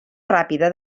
ràpida